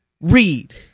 read